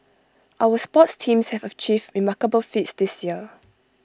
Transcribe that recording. our sports teams have achieved remarkable feats this year